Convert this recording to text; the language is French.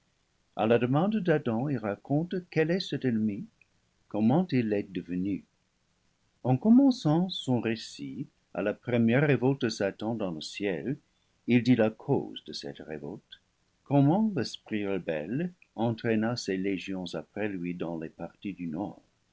à la demande d'adam il raconte quel est cet ennemi comment il l'est devenu en commençant son récit à la première révolte de satan dans le ciel il dit la cause de cette révolte comment l'esprit rebelle entraîna ses légions après lui dans les parties du nord